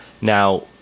Now